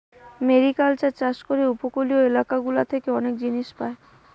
mariculture চাষ করে উপকূলীয় এলাকা গুলা থেকে অনেক জিনিস পায়